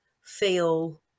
feel